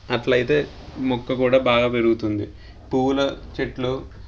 అట్లయితే మొక్క కూడా బాగా పెరుగుతుంది పువ్వుల చెట్లు